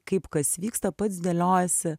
kaip kas vyksta pats dėliojasi